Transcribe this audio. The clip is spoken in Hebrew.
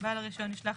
בעל הרישיון ישלח,